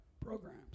programs